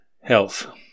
health